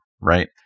right